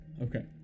Okay